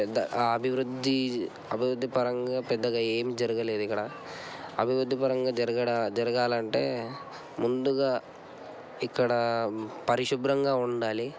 పెద్ద అభివృద్ధి అభివృద్ధి పరంగా పెద్దగా ఏం జరగలేదు ఇక్కడ అభివృద్ధి అభివృద్ధి పరంగా జరగడా జరగాలంటే ముందుగా ఇక్కడ పరిశుభ్రంగా ఉండాలి